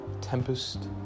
Tempest